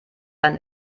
ein